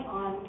on